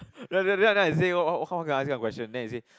ya then then then I said how how can I say a question then I say